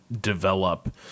develop